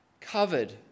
covered